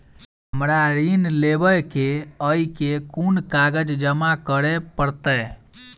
हमरा ऋण लेबै केँ अई केँ कुन कागज जमा करे पड़तै?